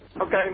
Okay